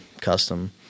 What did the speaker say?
custom